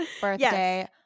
birthday